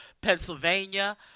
Pennsylvania